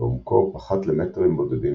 ועומקו פחת למטרים בודדים,